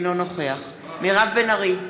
אינו נוכח מירב בן ארי,